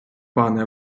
пане